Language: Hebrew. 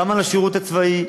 גם על השירות הצבאי,